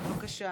בבקשה.